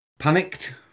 panicked